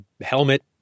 helmet